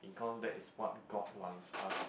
because that is what god wants us to